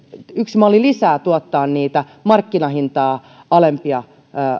yksi malli lisää mahdollisuuksia tuottaa niitä markkinahintaa halvempia